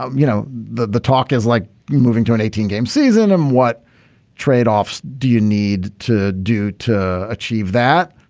um you know the the talk is like moving to an eighteen game season and what trade offs do you need to do to achieve that